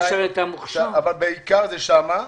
זה בעיקר שם.